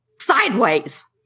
sideways